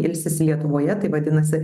ilsisi lietuvoje tai vadinasi